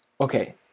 Okay